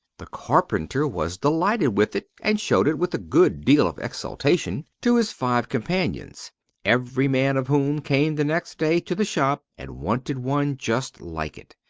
the carpenter was delighted with it, and showed it, with a good deal of exultation, to his five companions every man of whom came the next day to the shop and wanted one just like it.